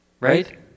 right